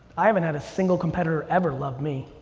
i haven't had a single competitor ever love me.